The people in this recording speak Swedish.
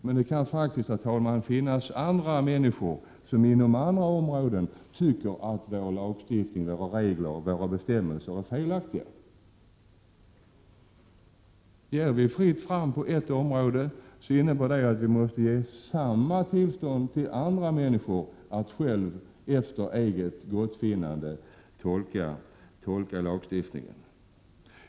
Men det kan faktiskt, herr talman, finnas människor som inom andra områden tycker att vår lagstiftning, våra regler och bestämmelser är felaktiga. Ger vi ”fritt fram” på ett område, måste vi ge samma tillstånd till andra människor att efter eget gottfinnande tolka lagstiftningen.